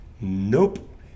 nope